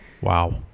Wow